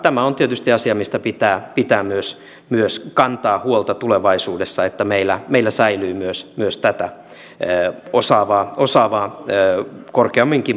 tämä on tietysti asia mistä pitää myös kantaa huolta tulevaisuudessa että meillä säilyy myös tätä osaavaa korkeamminkin palkattua tasoa